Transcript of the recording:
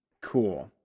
Cool